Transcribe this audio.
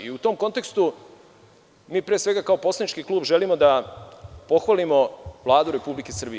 U tom kontekstu, mi pre svega kao poslanički klub želimo da pohvalimo Vladu Republike Srbije.